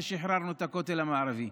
ששחררנו את הכותל המערבי,